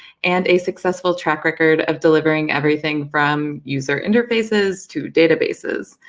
and a successful track record of delivering everything from user interfaces to databases.